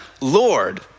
Lord